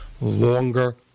longer